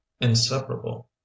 inseparable